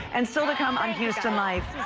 and still to come on houston life,